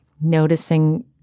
noticing